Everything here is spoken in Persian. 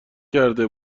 کرده